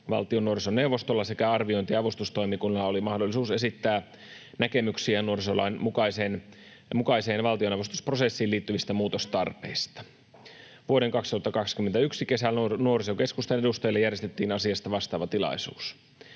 valtion nuorisoneuvostolla sekä arviointi- ja avustustoimikunnalla oli mahdollisuus esittää näkemyksiään nuorisolain mukaiseen valtionavustusprosessiin liittyvistä muutostarpeista. Vuoden 2021 kesällä nuorisokeskusten edustajille järjestettiin asiasta vastaava tilaisuus.